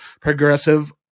progressive